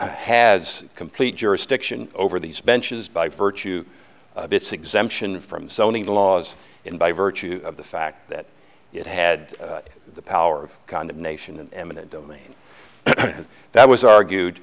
has complete jurisdiction over these benches by virtue of its exemption from sony laws in by virtue of the fact that it had the power of condemnation and the domain that was argued